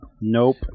Nope